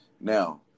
Now